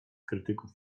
krytyków